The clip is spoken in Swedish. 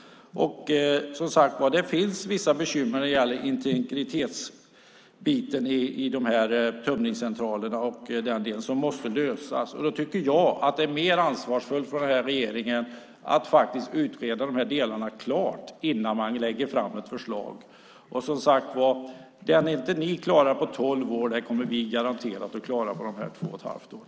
Det finns vissa bekymmer med de här tömningscentralerna när det gäller integritetsfrågorna, och de måste lösas. Då tycker jag att det är mer ansvarsfullt av regeringen att utreda de här delar klart innan man lägger fram ett förslag. Det ni inte klarade på tolv år kommer vi garanterat att klara på de här två och ett halvt åren.